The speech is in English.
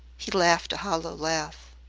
he laughed a hollow laugh.